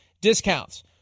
discounts